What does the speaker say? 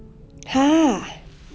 !huh!